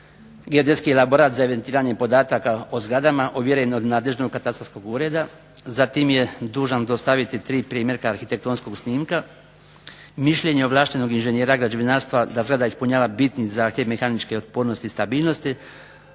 snimak, elaborat za evidentiranje podataka o zgradama ovjeren od nadležnog katastarskog ureda. Zatim je dužan dostaviti tri primjerka arhitektonskog snimka, mišljenje ovlaštenog inženjera građevinarstva da zgrada ispunjava bitni zahtjev mehaničke otpornosti i stabilnosti,